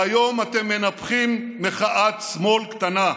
והיום אתם מנפחים מחאת שמאל קטנה.